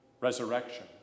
resurrection